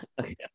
Okay